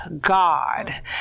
god